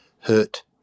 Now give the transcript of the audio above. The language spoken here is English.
hurt